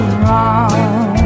wrong